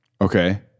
okay